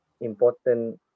important